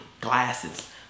Glasses